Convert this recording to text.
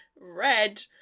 red